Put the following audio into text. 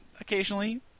Occasionally